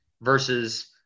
versus